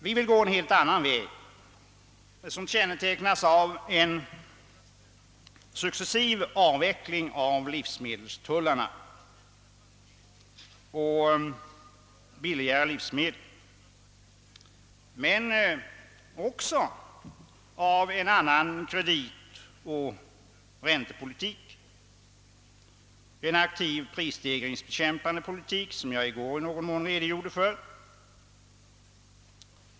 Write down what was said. Vi vill gå en helt annan väg — en väg som kännetecknas av successiv avveckling av livsmedelstullarna och billigare livsmedel men också av en annan kreditoch räntepolitik, en aktiv prisstegringsbekämpande politik som jag under gårdagen i någon mån redogjorde för.